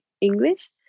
English